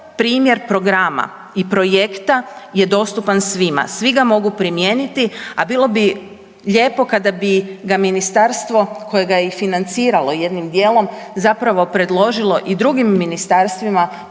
primjer programa i projekta je dostupan svima, svi ga mogu primijeniti, a bilo bi lijepo kada bi ga ministarstvo koje ga je i financiralo jednim dijelom zapravo predložilo i drugim ministarstvima